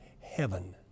heaven